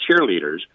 cheerleaders